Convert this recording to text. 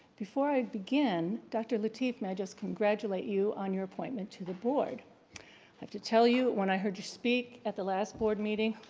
before i begin, dr. lateef may i just congratulate you on your appointment to the board. i have to tell you, when i heard you speak at the last board meeting,